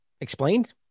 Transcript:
explained